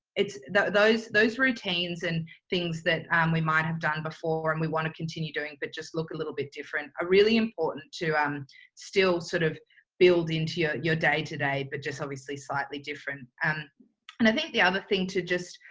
it's those those routines and things that we might have done before and we want to continue doing but just look a little bit different. are really important to um still sort of build into your your day to day, but just obviously slightly different. um and i think the other thing to just,